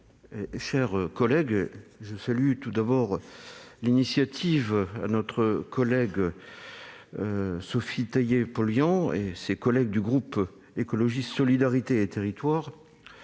chers collègues, je salue tout d'abord l'initiative de Mme Sophie Taillé-Polian et de ses collègues du groupe Écologiste - Solidarité et Territoires,